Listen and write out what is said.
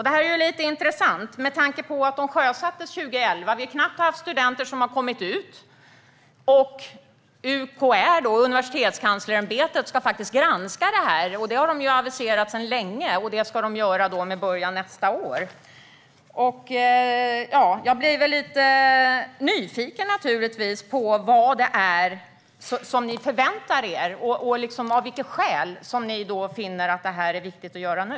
Det är lite intressant med tanke på att de sjösattes 2011 och att det knappt är några studenter som har hunnit komma ut. Dessutom ska UKÄ, Universitetskanslersämbetet, granska det här med början nästa år. Det har de aviserat sedan länge. Jag blir lite nyfiken på vad ni förväntar er och av vilket skäl ni finner det viktigt att göra det nu.